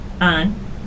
On